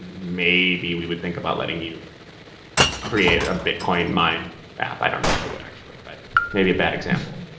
maybe we would think about letting you create a bitcoin mine app. i don't know if we would actually, but maybe a bad example,